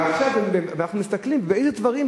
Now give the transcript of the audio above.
ואנחנו מסתכלים באיזה דברים,